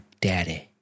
daddy